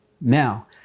Now